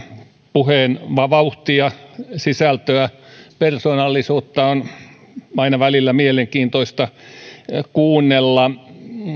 puheen vauhtia sisältöä ja persoonallisuutta on aina välillä mielenkiintoista kuunnella